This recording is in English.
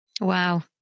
Wow